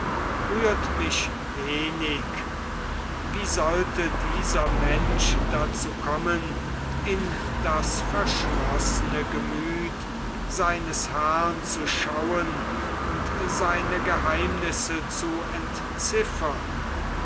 rührt mich wenig wie sollte dieser mensch dazu kommen in das verschlossene gemüth seines herrn zu schauen und seine geheimnisse zu entziffern